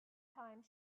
time